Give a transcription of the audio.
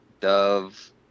dove